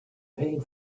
paid